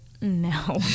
no